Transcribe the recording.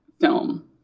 film